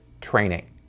training